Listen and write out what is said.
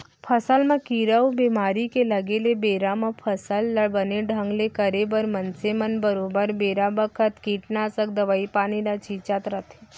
फसल म कीरा अउ बेमारी के लगे ले बेरा म फसल ल बने ढंग ले करे बर मनसे मन बरोबर बेरा बखत कीटनासक दवई पानी ल छींचत रथें